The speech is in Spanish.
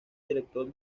director